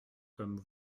comme